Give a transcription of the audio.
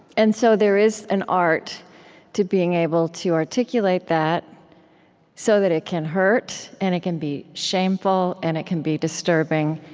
and so there is an art to being able to articulate articulate that so that it can hurt, and it can be shameful, and it can be disturbing,